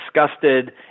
disgusted